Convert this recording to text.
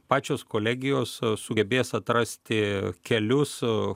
pačios kolegijos sugebės atrasti kelius